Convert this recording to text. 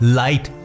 light